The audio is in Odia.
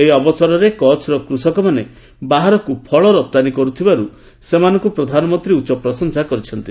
ଏହି ଅବସରରେ କଚ୍ଚର କୃଷକମାନେ ବାହାରକୁ ଫଳ ରପ୍ତାନୀ କରୁଥିବାରୁ ସେମାନଙ୍କୁ ପ୍ରଧାନମନ୍ତ୍ରୀ ଉଚ୍ଚ ପ୍ରଶଂସା କରିଛନ୍ତି